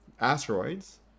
asteroids